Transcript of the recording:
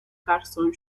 carson